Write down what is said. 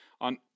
on